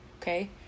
okay